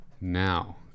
Now